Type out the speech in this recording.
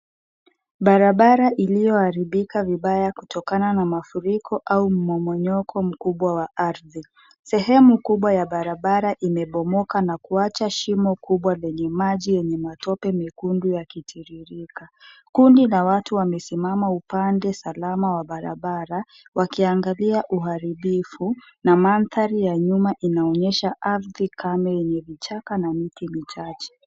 Barabara iliyoharibika vibaya kutokana na mafuriko au mmomonyoko mkubwa wa ardhi. Sehemu kubwa ya barabara imebomoka na kuacha shimo kubwa yenye maji ya matope mekundu yakitiririka. Kundi la watu wamesimama upande salama wa barabara wakiangalia uharibifu na mandhari ya nyuma inaonyesha ardhi kavu yenye vichaka na miti michache.